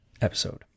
episode